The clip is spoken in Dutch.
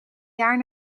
jaar